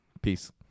Peace